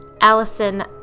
Allison